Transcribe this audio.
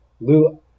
Lou